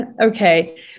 Okay